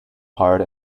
hard